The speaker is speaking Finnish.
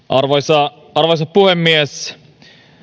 arvoisa arvoisa puhemies